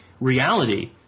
reality